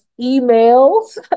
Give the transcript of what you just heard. emails